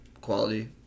Quality